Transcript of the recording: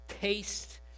taste